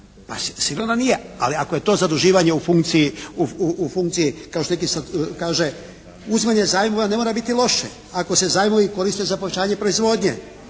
Pa sigurno da nije. Ali ako je to zaduživanje u funkciji kao što neki sad kaže uzimanje zajmova ne mora viti loše, ako se zajmovi koriste za povećanje proizvodnje.